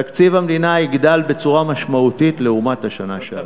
תקציב המדינה יגדל בצורה משמעותית לעומת השנה שעברה.